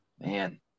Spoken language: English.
man